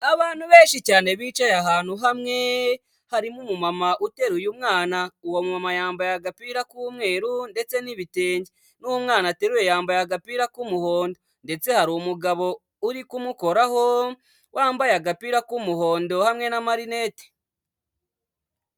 Abantu benshi cyane bicaye ahantu hamwe harimo umu mama uteruye umwana, uwo mu mama yambaye agapira k'umweru ndetse n'ibitenge, n'umwana ateruye yambaye agapira k'umuhondo ndetse hari umugabo uri kumukoraho wambaye agapira k'umuhondo hamwe n'amarinete.